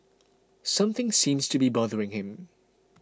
something seems to be bothering him